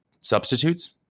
substitutes